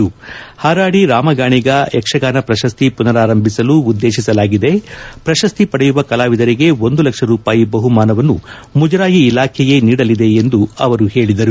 ಪರಾಡಿ ರಾಮಗಾಣಿಗ ಯಕ್ಷಗಾನ ಪ್ರಶಸ್ತಿ ಪುನರಾರಂಭಿಸಲು ಉದ್ದೇತಿಸಲಾಗಿದೆ ಪ್ರಶಸ್ತಿ ಪಡೆಯುವ ಕಲಾವಿದರಿಗೆ ಒಂದು ಲಕ್ಷ ರೂಪಾಯಿ ಬಹುಮಾನವನ್ನು ಮುಜರಾಯಿ ಇಲಾಖೆಯೇ ನೀಡಲಿದೆ ಎಂದು ಅವರು ಹೇಳಿದರು